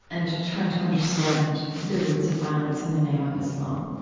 and trying to understand their roots of violence in the name of islam,